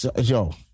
Yo